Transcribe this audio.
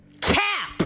Cap